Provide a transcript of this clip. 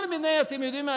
אתם יודעים מה,